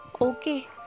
Okay